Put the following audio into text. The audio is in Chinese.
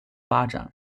发展